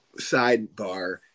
Sidebar